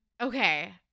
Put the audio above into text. okay